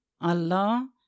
allah